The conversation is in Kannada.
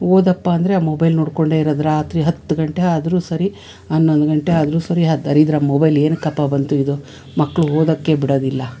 ಓದಪ್ಪ ಅಂದರೆ ಆ ಮೊಬೈಲ್ ನೋಡ್ಕೊಂಡೆ ಇರೋದು ರಾತ್ರಿ ಹತ್ತು ಗಂಟೆ ಆದ್ರೂ ಸರಿ ಹನ್ನೊಂದು ಗಂಟೆ ಆದ್ರೂ ಸರಿ ಆ ದರಿದ್ರ ಮೊಬೈಲ್ ಏನಕಪ್ಪ ಬಂತು ಇದು ಮಕ್ಕಳು ಓದೋಕ್ಕೆ ಬಿಡೋದಿಲ್ಲ